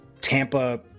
Tampa